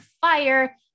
fire